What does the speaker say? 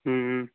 ꯎꯝ ꯎꯝ